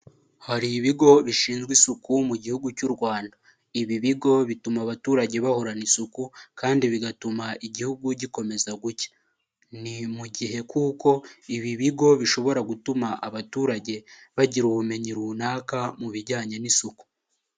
Hari ibigo bishinzwe isuku mu gihugu cy'u Rwanda, ibi bigo bituma abaturage bahorana isuku kandi bigatuma igihugu gikomeza gcya, ni mu gihe kuko ibi bigo bishobora gutuma abaturage bagira ubumenyi runaka mu bijyanye n'isuku.